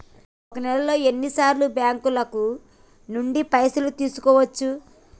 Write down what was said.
ఒక నెలలో ఎన్ని సార్లు బ్యాంకుల నుండి పైసలు తీసుకోవచ్చు?